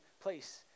place